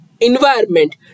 environment